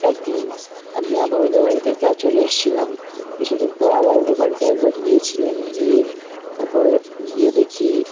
একদিন আমি আবার ওদের বাড়িতে তাও চলে এসেছিলাম কিছুদিন পর আবার ওদের বাড়িতে একবার গিয়েছিলাম গিয়ে তারপরে গিয়ে দেখি